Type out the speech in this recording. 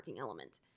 element